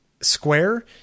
square